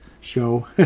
show